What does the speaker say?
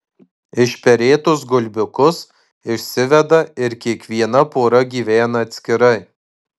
išperėtus gulbiukus išsiveda ir kiekviena pora gyvena atskirai